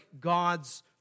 God's